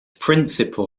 principal